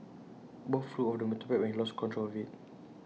both flew off the motorbike when he lost control of IT